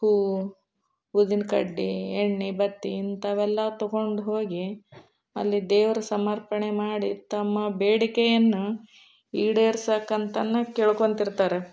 ಹೂವು ಊದಿನ ಕಡ್ಡಿ ಎಣ್ಣೆ ಬತ್ತಿ ಇಂಥವೆಲ್ಲ ತೊಗೊಂಡು ಹೋಗಿ ಅಲ್ಲಿ ದೇವ್ರ ಸಮರ್ಪಣೆ ಮಾಡಿ ತಮ್ಮ ಬೇಡಿಕೆಯನ್ನು ಈಡೇರ್ಸಕ್ಕಂತನೇ ಕೇಳ್ಕೊಂತಿರ್ತಾರೆ